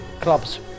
club's